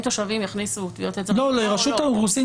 תושבים יכניסו טביעות אצבע למאגר או לא.